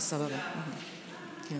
סעיפים 1